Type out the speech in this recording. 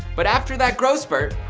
but after that growth spurt,